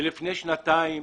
לפני שנתיים